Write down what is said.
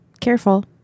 careful